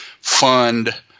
fund